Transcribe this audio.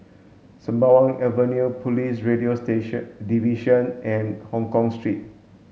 Sembawang Avenue Police Radio station Division and Hongkong Street